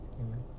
Amen